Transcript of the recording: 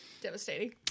Devastating